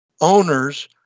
owners